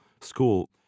school